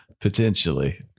potentially